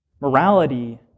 Morality